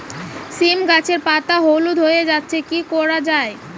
সীম গাছের পাতা হলুদ হয়ে যাচ্ছে কি করা যাবে?